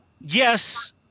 yes